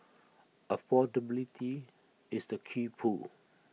affordability is the key pull